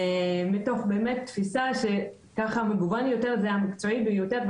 מתוך תפיסה שככל שמגוון יותר כך המקצועי ביותר,